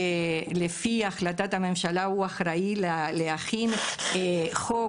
שלפי החלטת הממשלה הוא אחראי להכין חוק